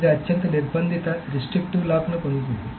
ఇది అత్యంత నిర్బంధిత లాక్ను పొందుతుంది